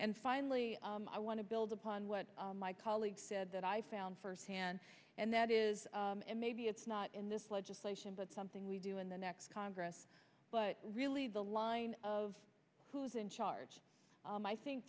and finally i want to build upon what my colleague said that i found firsthand and that is maybe it's not in this legislation but something we do in the next congress but really the line of who is in charge i think